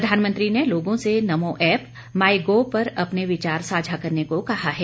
प्रधानमंत्री ने लोगों से नमो ऐप माइ गॉव पर अपने विचार साझा करने को कहा है